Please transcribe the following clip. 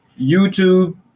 YouTube